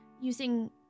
using